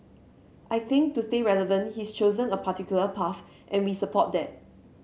I think to stay relevant he's chosen a particular path and we support that